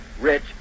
rich